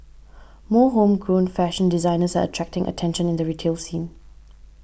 more homegrown fashion designers are attracting attention in the retail scene